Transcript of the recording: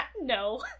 No